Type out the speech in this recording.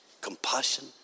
compassion